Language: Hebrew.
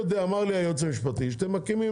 אומר לי היועץ המשפטי שאתם מקימים